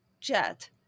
Jet